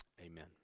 Amen